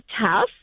tough